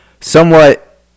somewhat